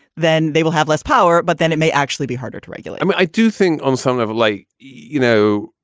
then they will have less power. but then it may actually be harder to regulate i mean, i do think on some level, like, you know,